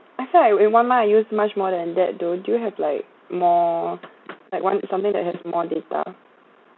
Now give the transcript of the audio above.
actually in one month I use much more than that though do you have like more like [one] something that has more data